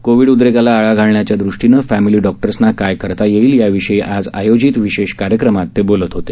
Covid उद्रेकाला आळा घालण्याच्या दृष्टीने फॅमिली डॉक्टर्सना काय करता येईल याविषयी आज आयोजित विशेष कार्यक्रमात ते बोलत होते